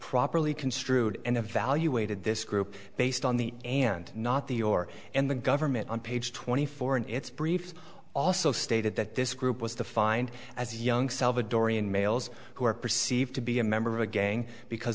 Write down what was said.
properly construed and evaluated this group based on the and not the your and the government on page twenty four and its brief also stated that this group was defined as young salvadorian males who are perceived to be a member of a gang because